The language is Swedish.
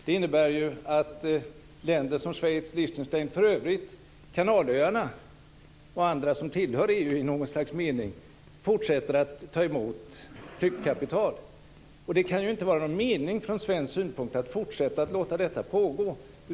Det innebär att länder som Schweiz och Lichtenstein och för övrigt Kanalöarna, som tillhör EU i någon mening, fortsätter att ta emot flyktkapital. Det kan ju inte vara någon mening från svensk synpunkt med att fortsätta att låta detta pågå.